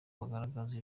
bagaragaza